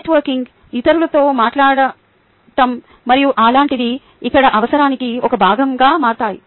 networking ఇతరులతో మాట్లాడటం మరియు అలాంటివి ఇక్కడ అవసరానికి ఒక భాగంగా మారతాయి